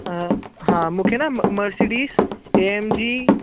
हा मूंखे न मर्सिडिस एएमजी